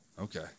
Okay